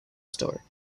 store